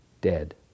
dead